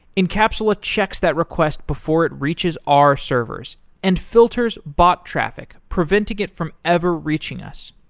encapsula checks that request before it reaches our servers and filters bot traffic preventing it from ever reaching us.